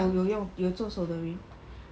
有有用有做 soldering